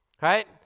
Right